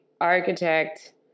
architect